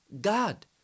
God